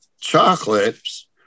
chocolates